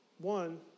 One